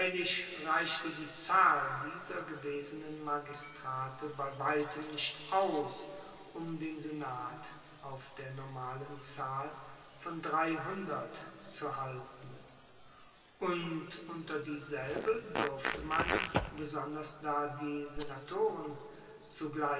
reichte die zahl dieser gewesenen magistrate bei weitem nicht aus um den senat auf der normalen zahl von dreihundert zu halten und unter dieselbe durfte man besonders da die senatoren